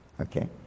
okay